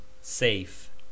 safe